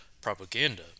propaganda